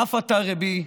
אף אתה, רבי,